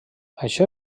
això